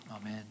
Amen